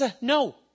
No